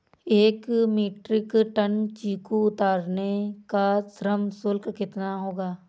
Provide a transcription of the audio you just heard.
एक metric ton चीकू उतारने का श्रम शुल्क कितना होगा?